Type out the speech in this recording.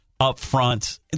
upfront